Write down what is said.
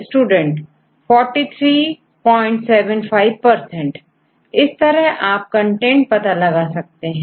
स्टूडेंट716 छात्र4375 तो इस तरह आप कंटेंट पता कर सकते हैं